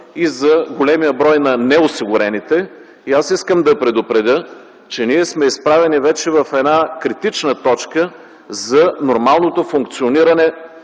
и за големия брой на неосигурените. Аз искам да предупредя, че ние сме изправени вече пред една критична точка за нормалното функциониране